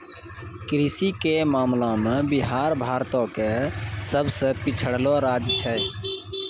कृषि के मामला मे बिहार भारतो के सभ से पिछड़लो राज्य छै